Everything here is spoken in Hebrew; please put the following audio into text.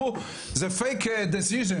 לא יכולתי לצאת החוצה בכלל,